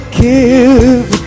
give